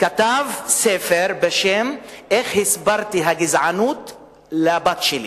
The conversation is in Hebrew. כתב ספר בשם: איך הסברתי את הגזענות לבת שלי.